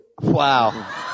Wow